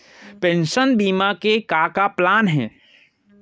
Pension बीमा के का का प्लान हे?